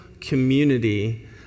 community